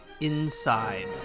Inside